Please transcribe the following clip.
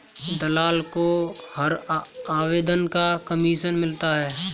दलाल को हर आवेदन का कमीशन मिलता है